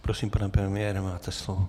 Prosím, pane premiére, máte slovo.